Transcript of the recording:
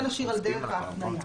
בסדר.